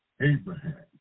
Abraham